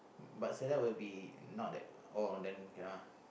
but set up will be not that oh then cannot ah